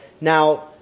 Now